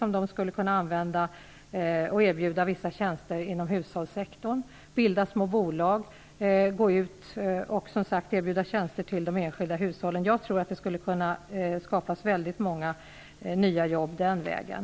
Med den skulle de kunna erbjuda vissa tjänster inom hushållssektorn och bilda små bolag. Jag tror att det skulle kunna skapas många nya jobb den vägen.